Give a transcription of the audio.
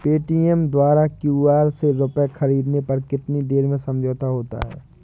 Paytm द्वारा QR से रूपए ख़रीदने पर कितनी देर में समझौता होता है?